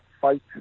fight